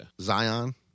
Zion